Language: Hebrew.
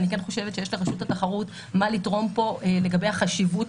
אני כן חושבת שיש לרשות התחרות מה לתרום פה לגבי החשיבות